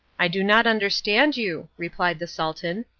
i do not understand you, replied the sultan.